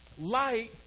Light